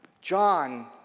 John